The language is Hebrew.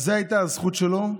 אז זאת הייתה הזכות שלו,